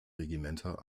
regimenter